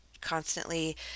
constantly